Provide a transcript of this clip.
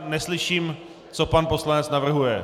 Neslyším, co pan poslanec navrhuje.